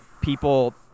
people